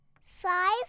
five